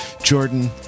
Jordan